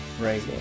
right